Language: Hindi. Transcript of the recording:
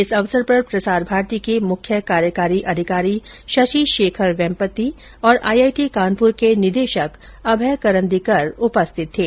इस अवसर पर प्रसार भारती के मुख्य कार्यकारी अधिकारी शशि शेखर वेम्पत्ति और आई आई टी कानप्र के निदेशक अभय करंदीकर उपस्थित थे